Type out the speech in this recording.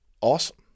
awesome